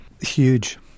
Huge